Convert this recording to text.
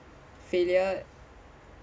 failure